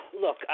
look